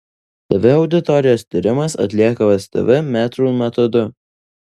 tv auditorijos tyrimas atliekamas tv metrų metodu